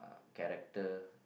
character